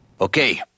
Okay